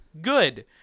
Good